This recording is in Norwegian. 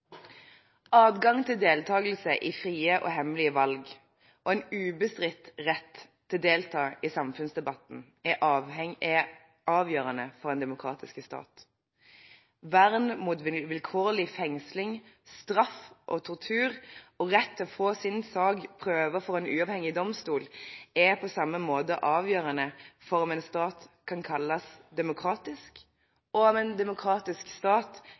Adgang til deltakelse i frie og hemmelige valg og en ubestridt rett til å delta i samfunnsdebatten er avgjørende for en demokratisk stat. Vern mot vilkårlig fengsling, straff og tortur og rett til å få sin sak prøvet for en uavhengig domstol er på samme måte avgjørende for om en stat kan kalles demokratisk, og om en demokratisk stat